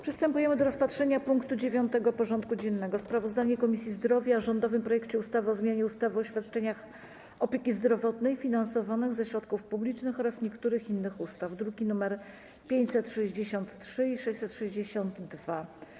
Przystępujemy do rozpatrzenia punktu 9. porządku dziennego: Sprawozdanie Komisji Zdrowia o rządowym projekcie ustawy o zmianie ustawy o świadczeniach opieki zdrowotnej finansowanych ze środków publicznych oraz niektórych innych ustaw (druki nr 563 i 662)